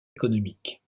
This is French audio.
économique